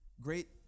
great